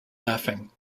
laughing